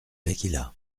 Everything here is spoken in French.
laqhila